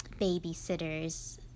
babysitters